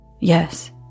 Yes